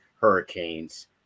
Hurricanes